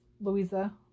Louisa